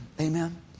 Amen